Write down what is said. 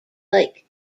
lake